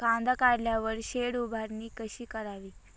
कांदा काढल्यावर शेड उभारणी कशी करावी?